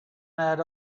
that